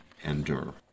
endure